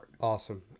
awesome